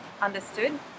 understood